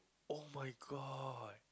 oh-my-god